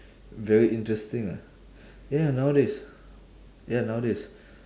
very interesting ah ya nowadays ya nowadays